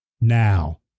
Now